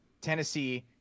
Tennessee